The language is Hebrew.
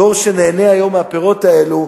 הדור שנהנה היום מהפירות האלה,